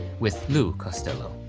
with lou costello.